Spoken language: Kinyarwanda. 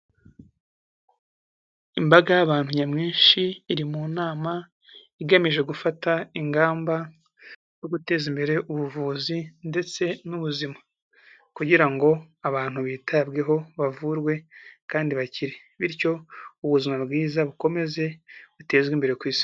Imbaga y'abantu nyamwinshi iri mu nama, igamije gufata ingamba zo guteza imbere ubuvuzi ndetse n'ubuzima, kugira ngo abantu bitabweho, bavurwe kandi bakire, bityo ubuzima bwiza bukomeze butezwe imbere ku Isi.